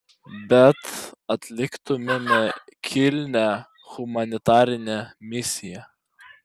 bet atliktumėme kilnią humanitarinę misiją